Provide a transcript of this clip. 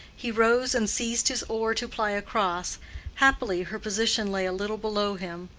he rose and seized his oar to ply across happily her position lay a little below him.